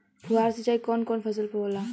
फुहार सिंचाई कवन कवन फ़सल पर होला?